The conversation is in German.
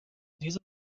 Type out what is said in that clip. diesem